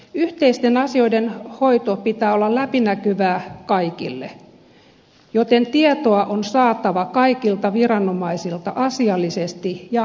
yhteisten asioiden hoidon pitää olla läpinäkyvää kaikille joten tietoa on saatava kaikilta viranomaisilta asiallisesti ja ripeästi